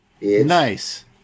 Nice